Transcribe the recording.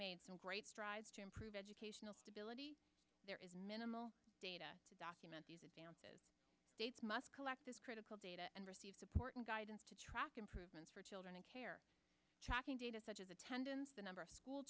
made great strides to improve educational stability there is minimal data to document these advances must collect this critical data and receive support and guidance to track improvements for children in care tracking data such as attendance the number of ch